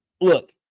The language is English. Look